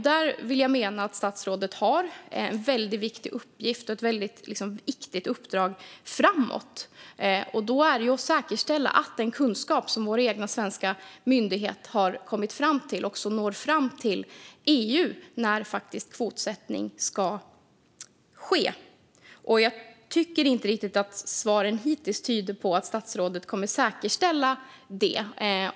Där menar jag att statsrådet har en väldigt viktig uppgift och ett väldigt viktigt uppdrag framöver att säkerställa att den kunskap som vår egen svenska myndighet har också når fram till EU när kvotsättning ska ske. Jag tycker inte att svaren hittills riktigt tyder på att statsrådet kommer att säkerställa detta.